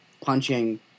punching